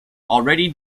already